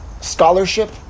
scholarship